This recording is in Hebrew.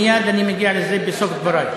מייד אני מגיע לזה, בסוף דברי.